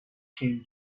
came